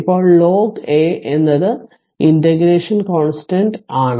ഇപ്പോൾ ln A എന്നത് integration constant constant ആണ്